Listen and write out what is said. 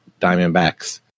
Diamondbacks